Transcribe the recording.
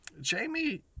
Jamie